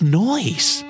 noise